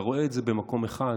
אתה רואה את זה במקום אחד,